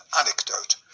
anecdote